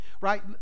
right